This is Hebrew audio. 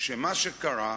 שמה שקרה,